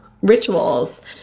rituals